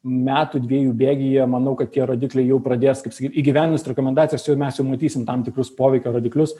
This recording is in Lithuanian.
metų dviejų bėgyje manau kad tie rodikliai jau pradės kaip sakyt įgyvendinus rekomendacijas jau mes jau matysim tam tikrus poveikio rodiklius